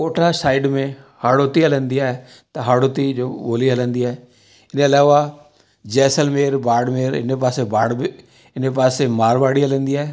Kota side में हाड़ौती हलंदी आहे त हाड़ौती जो ॿोली हलंदी आहे हिन जे अलावा जैसलमेर बाड़मेर इन पासे बाड़ इन पासे मारवाड़ी हलंदी आहे